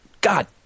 god